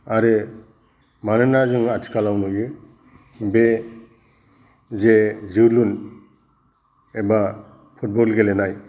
आरो मानोना जों आथिखालाव नुयो बे जे जोलुर एबा फुटबल गेलेनाय